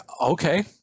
Okay